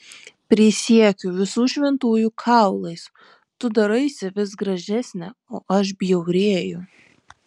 prisiekiu visų šventųjų kaulais tu daraisi vis gražesnė o aš bjaurėju